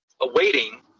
awaiting